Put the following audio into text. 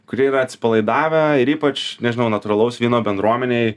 kurie yra atsipalaidavę ir ypač nežinau natūralaus vyno bendruomenėj